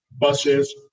buses